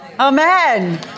Amen